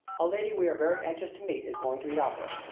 a lady we are very anxious to meet is going to the opera.